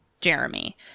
Jeremy